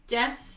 Jess